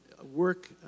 work